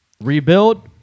Rebuild